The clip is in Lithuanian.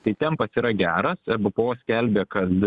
tai tempas yra geras bpo skelbė kad